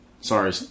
sorry